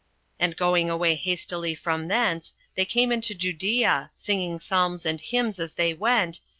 and going away hastily from thence, they came into judea, singing psalms and hymns as they went,